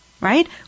Right